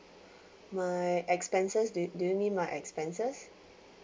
my expenses do you do you need my expenses